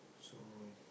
so